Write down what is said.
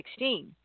2016